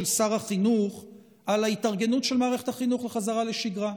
שר החינוך על ההתארגנות של מערכת החינוך לחזרה לשגרה,